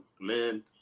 man